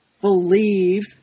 believe